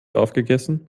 aufgegessen